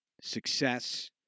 success